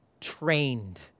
trained